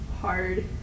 hard